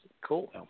Cool